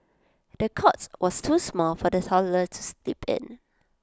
the cots was too small for the toddler to sleep in